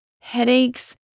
headaches